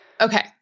Okay